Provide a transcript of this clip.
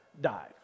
died